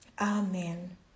Amen